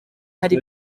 hari